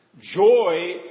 Joy